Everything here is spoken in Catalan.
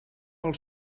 pel